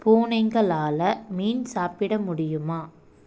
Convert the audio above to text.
பூனைகளால மீன் சாப்பிட முடியுமா